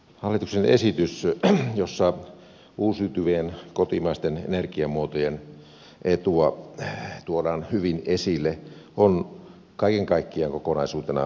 hallituksen esitys jossa uusiutuvien kotimaisten energiamuotojen etua tuodaan hyvin esille on kaiken kaikkiaan kokonaisuutena kannatettava